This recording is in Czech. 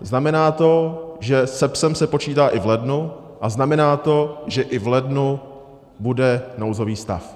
Znamená to, že s PES se počítá i v lednu, a znamená to, že i v lednu bude nouzový stav.